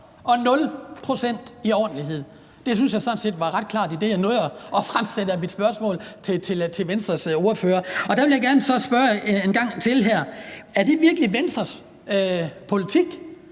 procent i ordentlighed. Det synes jeg sådan set var ret klart i det, jeg nåede at fremføre af mit spørgsmål til Venstres ordfører. Og der vil jeg så gerne spørge en gang til: Er det virkelig Venstres politik,